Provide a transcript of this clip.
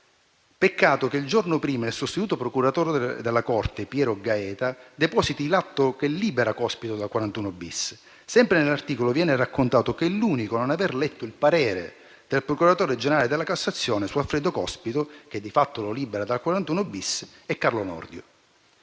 Peccato che il giorno prima il sostituto procuratore della Corte, Piero Gaeta, depositi l'atto che libera Cospito dal 41-*bis.* Sempre nell'articolo viene raccontato che: «L'unico a non aver letto il parere del procuratore generale della Cassazione su Alfredo Cospito, che di fatto lo libera dal 41-*bis,* è Carlo Nordio.